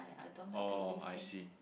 oh I see